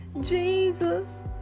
Jesus